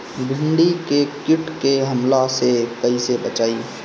भींडी के कीट के हमला से कइसे बचाई?